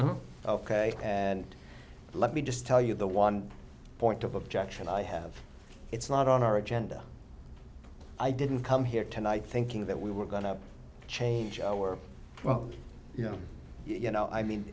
ok and let me just tell you the one point of objection i have it's not on our agenda i didn't come here tonight thinking that we were going to change our well you know you know i mean